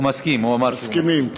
מסכימים.